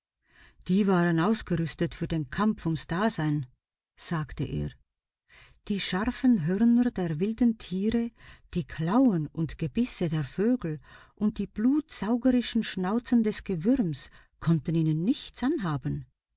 die waren ausgerüstet für den kampf ums dasein sagte er die scharfen hörner der wilden tiere die klauen und gebisse der vögel und die blutsaugerischen schnauzen des gewürms konnten ihnen nichts anhaben